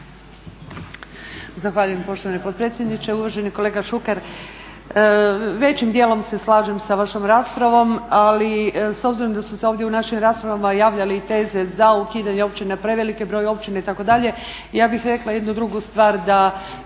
Zahvaljujem poštovani potpredsjedniče. Uvaženi kolega Šuker, većim djelom se slažem sa vašom raspravom, ali s obzirom da su se ovdje u našim raspravama javljale i teze za ukidanje općine, preveliki je broj općina itd. ja bih rekla jednu drugu stvar da